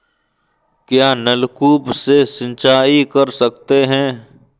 क्या नलकूप से सिंचाई कर सकते हैं?